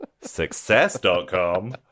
success.com